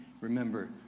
remember